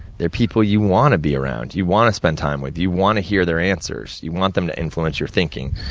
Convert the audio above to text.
they're people you wanna be around, you wanna spend time with you wanna hear their answers, you want them to influence your thinking.